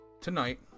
tonight